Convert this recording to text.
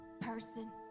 person